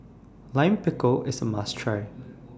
Lime Pickle IS A must Try